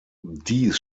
dies